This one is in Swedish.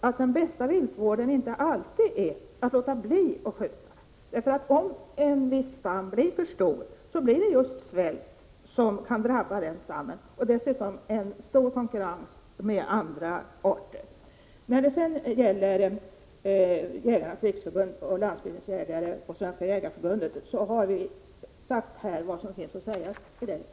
— men den bästa viltvården är inte alltid att låta bli att skjuta ett visst slags djur, för om en stam blir för stor, kan stammen drabbas av svält. Dessutom uppstår en stor konkurrens med andra arter. När det gäller Jägarnas riksförbund-Landsbygdens jägare och Svenska jägareförbundet, så har vi sagt vad som finns att säga på den punkten.